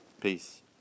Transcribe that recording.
Peace